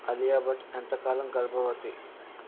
అలియా భట్ ఎంతకాలం గర్భవతి